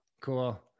Cool